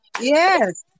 Yes